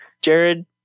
jared